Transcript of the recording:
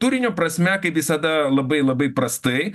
turinio prasme kaip visada labai labai prastai